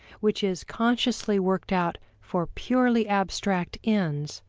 which is consciously worked out for purely abstract ends,